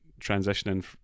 transitioning